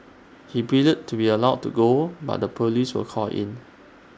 he pleaded to be allowed to go but the Police were called in